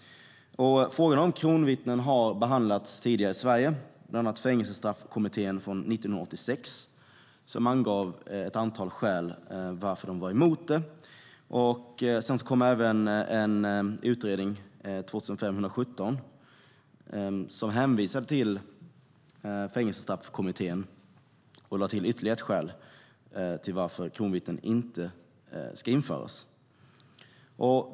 Frågan om kronvittnen har behandlats tidigare i Sverige. Bland annat Fängelsestraffkommittén angav i SOU 1986:14 ett antal skäl till att man var emot det. Beredningen för rättsväsendets utveckling hänvisade i SOU 2005:117 till Fängelsestraffkommittén och lade till ytterligare ett skäl till att kronvittnen inte ska införas.